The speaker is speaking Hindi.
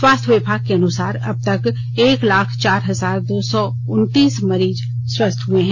स्वास्थ्य विभाग के अनुसार अबतक एक लाख चार हजार दो सौ उनतीस मरीज ठीक हो गए हैं